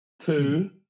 Two